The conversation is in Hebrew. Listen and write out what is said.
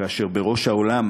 כאשר בראש העולם